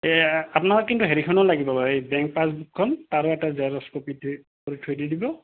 এই আপোনালাক কিন্তু হেৰিখনো লাগিব বাৰু সেই বেংক পাছবুকখন তাৰো এটা জেৰক্স কপি কৰি থৈ দি দিব